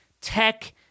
Tech